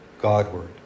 Godward